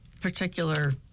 particular